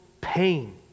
pain